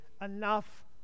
enough